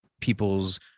people's